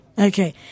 Okay